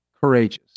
courageous